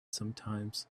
sometimes